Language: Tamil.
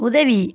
உதவி